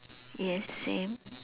yes same